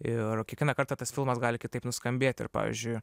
ir kiekvieną kartą tas filmas gali kitaip nuskambėti pavyzdžiui